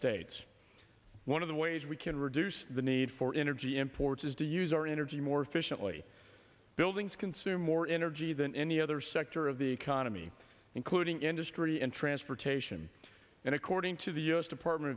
states one of the ways we can reduce the need for energy imports is to use our energy more efficiently buildings consume more energy than any other sector of the economy including industry and transportation and according to the u s department